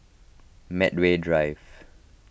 Medway Drive